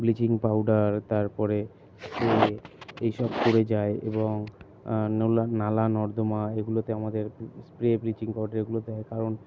bleaching powder তারপরে এই সব করে যায় এবং নলা নালা নর্দমা এগুলোতে আমাদের স্প্রে ব্লিচিং পাউডার এগুলো দেয় কারণ